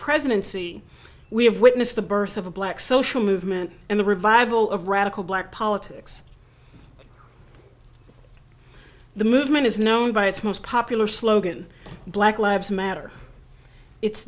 presidency we have witnessed the birth of a black social movement and the revival of radical black politics the movement is known by its most popular slogan black lives matter it's